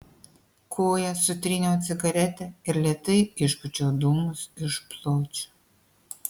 koja sutryniau cigaretę ir lėtai išpūčiau dūmus iš plaučių